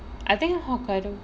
I think hokkaido